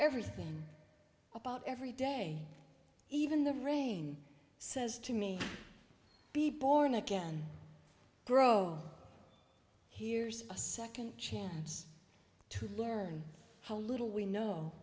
everything about every day even the rain says to me be born again grow here's a second chance to learn how little we know